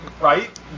right